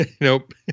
Nope